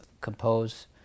compose